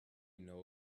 know